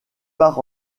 part